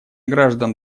граждан